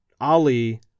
Ali